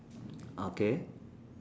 ah K